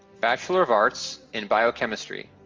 bachelor of arts in biochemistry.